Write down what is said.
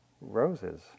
roses